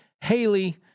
Haley